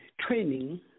training